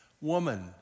Woman